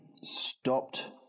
stopped